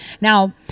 now